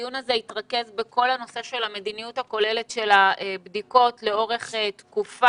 הדיון הזה יתרכז בכל נושא המדיניות הכוללת של הבדיקות לאורך התקופה.